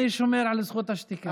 אני שומר על זכות השתיקה.